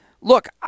look